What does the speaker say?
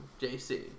JC